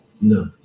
No